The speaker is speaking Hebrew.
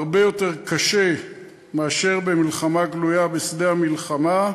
הרבה יותר קשה מאשר במלחמה גלויה בשדה המלחמה,